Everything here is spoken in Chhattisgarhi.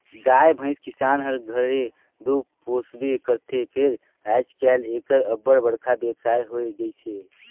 गाय भंइस किसान हर घरे दो पोसबे करथे फेर आएज काएल एकर अब्बड़ बड़खा बेवसाय होए गइस अहे